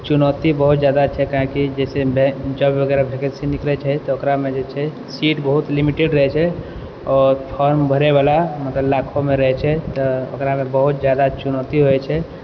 चुनौती बहुत जादा छै काहे कि जैसँ बैंक जॉब वगैरह वैकेन्सी निकलइ छै तऽ ओकरामे जे छै सीट बहुत लिमिटेड रहय छै आओर फॉर्म भरयवला मतलब लाखोमे रहय छै तऽ ओकरा लेल बहुत जादा चुनौती होइ छै